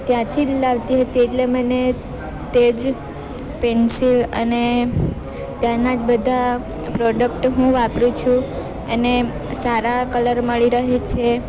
ત્યાંથી જ લાવતી હતી એટલે મને તે જ પેન્સિલ અને ત્યાંનાં જ બધા પ્રોડક્ટ હું વાપરું છું અને સારા કલર મળી રહે છે